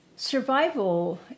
Survival